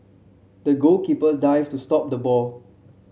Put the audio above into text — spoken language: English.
the goalkeeper dived to stop the ball